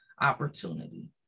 opportunity